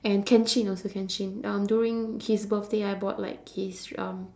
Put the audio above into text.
and kenshin also kenshin um during his birthday I bought like his um